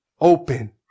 open